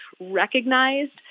recognized